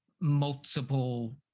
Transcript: multiple